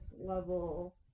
level